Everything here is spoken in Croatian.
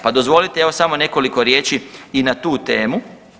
Pa dozvolite, evo, samo nekoliko riječi i na tu temu.